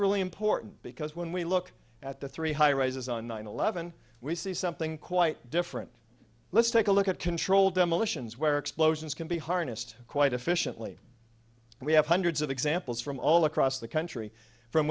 really important because when we look at the three high rises on nine eleven we see something quite different let's take a look at controlled demolitions where explosions can be harnessed quite efficiently and we have hundreds of examples from all across the country from